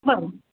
बरं